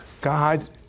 God